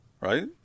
right